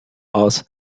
aus